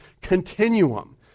continuum